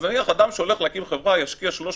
נניח שאדם שהולך להקים חברה ישקיע 300